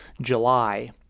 July